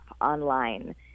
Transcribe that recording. online